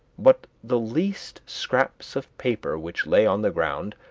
but the least scraps of paper which lay on the ground,